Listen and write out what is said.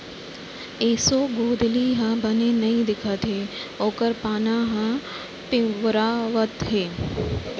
एसों गोंदली ह बने नइ दिखत हे ओकर पाना ह पिंवरावत हे